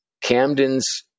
Camden's